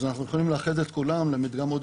אז אנחנו יכולים לאחד את כולם למדגם עוד